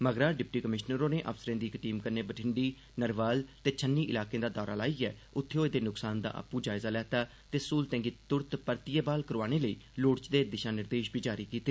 मगरा deputy commissioner होरें अफसरें दी इक टीम कन्नै मठिंडी नरवाल ते छन्नी इलाकें दा दौरा लाइयै उत्थें होए दे नुक्सान दा आपूं जायजा लैता ते स्हूलतें गी तुरत परतियै ब्हाल करोआने लेई लोड़चदे दिशा निर्देश बी जारी कीते